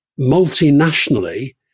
multinationally